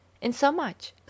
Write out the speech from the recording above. insomuch